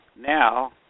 now